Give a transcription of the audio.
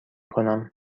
کنم